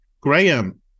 Graham